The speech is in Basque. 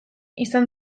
izan